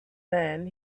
man